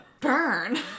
burn